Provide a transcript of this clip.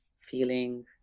feeling